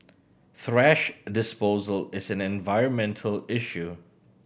thrash disposal is an environmental issue